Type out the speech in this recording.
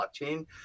blockchain